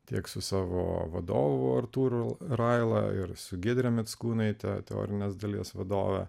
tiek su savo vadovu artūru raila ir su giedre mickūnaite teorinės dalies vadove